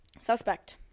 Suspect